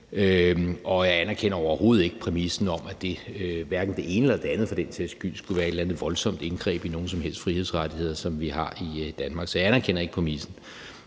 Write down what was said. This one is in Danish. Og jeg anerkender overhovedet ikke præmissen om, at hverken det ene eller det andet for den sags skyld skulle være et eller andet voldsomt indgreb i nogen som helst frihedsrettigheder, som vi har i Danmark. Så jeg anerkender ikke præmissen.